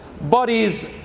bodies